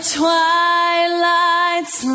twilight's